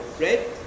right